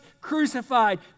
crucified